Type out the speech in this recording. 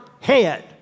head